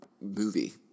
Movie